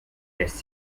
lässt